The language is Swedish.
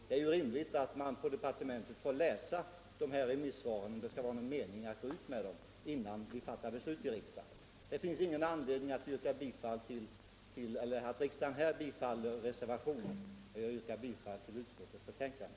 Det är ju rimligt att man inom departementet får läsa remissyttrandena, om det skall vara någon mening med att inhämta sådana, innan vi fattar beslut i riksdagen. Det finns ingen anledning för riksdagen att bifalla reservationen, och jag yrkar alltså bifall till utskottets hemställan.